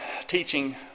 teaching